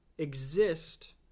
exist